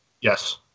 Yes